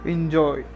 Enjoy